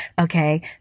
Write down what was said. Okay